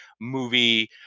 movie